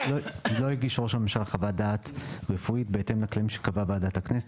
(3)לא הגיש ראש הממשלה חוות דעת רפואית בהתאם לכללים שקבעה ועדת הכנסת,